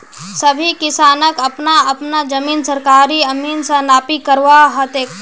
सभी किसानक अपना अपना जमीन सरकारी अमीन स नापी करवा ह तेक